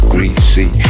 Greasy